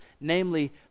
namely